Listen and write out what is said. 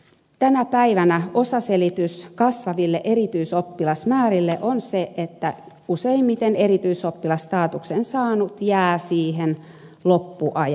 tänä päivänä osaselitys kasvaville erityisoppilasmäärille on se että useimmiten erityisoppilasstatuksen saanut jää siihen loppuajaksi